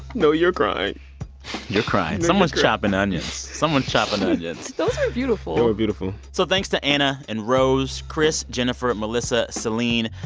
no, you're crying you're crying. someone's chopping onions. someone's chopping onions those were beautiful they and were beautiful so thanks to anna, and rose, chris, jennifer, melissa, selene,